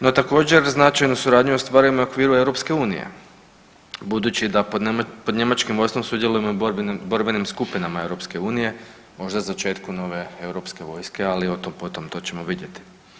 No, također, značajnu suradnju ostvarujemo i okviru EU budući da pod njemačkim vodstvom sudjelujemo i u borbenim skupinama EU, možda začetku nove europske vojske, ali o tom, potom, to ćemo vidjeti.